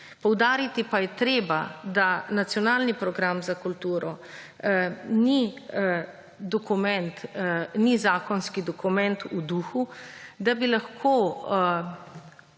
Poudariti pa je treba, da Nacionalni program za kulturo ni dokument, ni zakonski dokument v duhu, da bi lahko